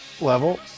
level